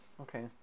okay